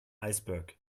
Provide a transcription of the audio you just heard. iceberg